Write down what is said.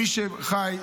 מי שחי,